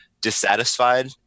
dissatisfied